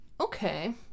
okay